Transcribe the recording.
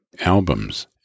albums